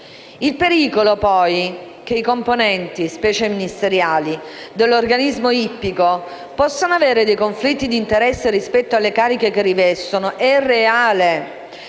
Il pericolo, poi, che i componenti, specie ministeriali, dell'organismo ippico possano avere dei conflitti di interesse rispetto alle cariche che rivestono è reale.